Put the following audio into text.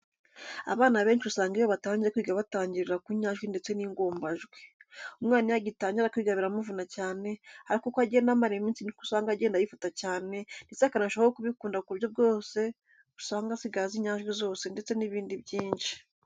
Abana benshi usanga iyo batangiye kwiga batangirira ku nyajwi ndetse n'ingombajwi. Umwana iyo agitangira kwiga biramuvuna cyane ariko uko agenda amara iminsi niko usanga agenda abifata cyane, ndetse akanarushaho kubikunda ku buryo buryo usanga asigaye azi inyajwi zose ndetse n'ibindi byinshi.